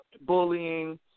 bullying